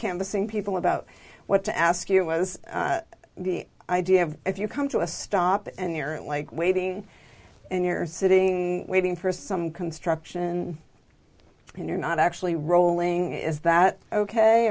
canvassing people about what to ask you was the idea of if you come to a stop and they are in like waiting and you're sitting waiting for some construction when you're not actually rolling is that ok